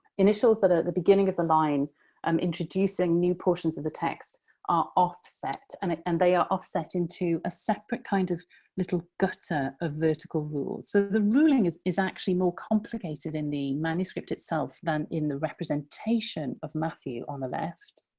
initials that are the beginning of the line and um introducing new portions of the text are offset, and and they are offset into a separate kind of little gutter of vertical rules. so, the ruling is is actually more complicated in the manuscript itself than in the representation of matthew on the left.